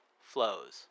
flows